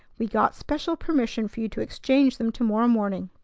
we got special permission for you to exchange them to-morrow morning.